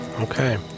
Okay